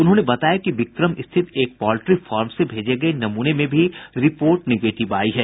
उन्होंने बताया कि बिक्रम स्थित एक पॉल्ट्री फॉर्म से भेजे गये नमूने में भी रिपोर्ट निगेटिव आई है